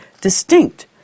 distinct